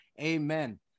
amen